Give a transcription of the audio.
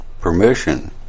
permission